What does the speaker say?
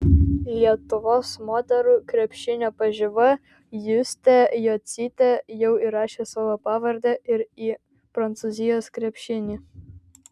lietuvos moterų krepšinio pažiba justė jocytė jau įrašė savo pavardę ir į prancūzijos krepšinį